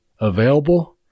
available